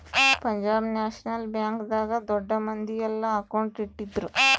Punjab national bank ದಾಗ ದೊಡ್ಡ ಮಂದಿ ಯೆಲ್ಲ ಅಕೌಂಟ್ ಇಟ್ಟಿದ್ರು